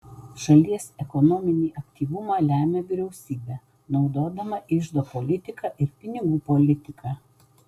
šalies ekonominį aktyvumą lemia vyriausybė naudodama iždo politiką ir pinigų politiką